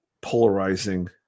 polarizing